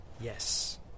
Yes